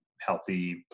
healthy